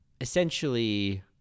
essentially